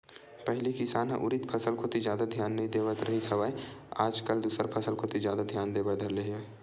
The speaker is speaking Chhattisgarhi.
पहिली किसान ह उरिद फसल कोती जादा धियान नइ देवत रिहिस हवय आज कल दूसर फसल कोती जादा धियान देय बर धर ले हवय